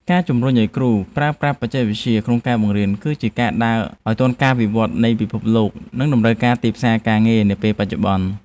ការជំរុញឱ្យគ្រូប្រើប្រាស់បច្ចេកវិទ្យាក្នុងការបង្រៀន គឺជាការដើរឱ្យទាន់ការវិវត្តនៃពិភពលោក និងតម្រូវការទីផ្សារការងារនាពេលបច្ចុប្បន្ន។